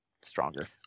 stronger